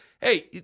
hey